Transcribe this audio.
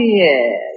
yes